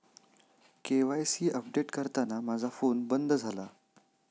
KYC update करताना माझा phone बंद झाला